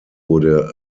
wurde